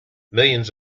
millions